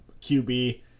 QB